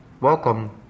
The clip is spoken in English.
Welcome